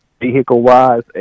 vehicle-wise